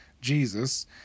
Jesus